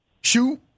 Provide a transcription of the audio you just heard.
Shoot